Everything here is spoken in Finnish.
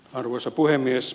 arvoisa puhemies